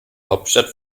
hauptstadt